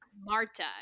Marta